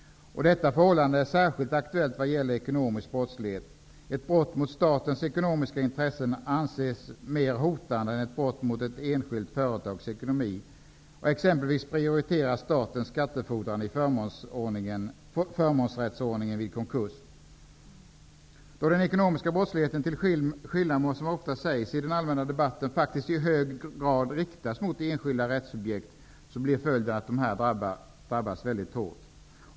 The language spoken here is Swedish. Detta förhållande är särskilt aktuellt vad gäller ekonomisk brottslighet. Ett brott mot ''statens ekonomiska intressen'' anses mer hotande än ett brott mot enskilt ''företags ekonomi''. Exempelvis prioriteras statens skattefordran i förmånsrättsordningen vid konkurs. Då den ekonomiska brottsligheten till skillnad mot vad som ofta sägs i den allmänna debatten, faktiskt i hög grad riktas mot enskilda rättssubjekt, blir följden att dessa drabbas mycket hårt.